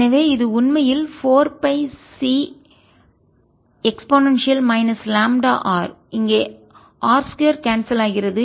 எனவே இது உண்மையில் 4 pi C e λr இங்கே r 2 கான்செல் ஆகிறது